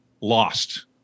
lost